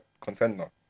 contender